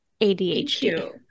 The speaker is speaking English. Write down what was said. ADHD